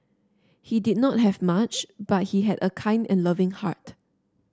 he did not have much but he had a kind and loving heart